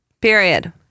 Period